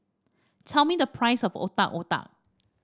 tell me the price of Otak Otak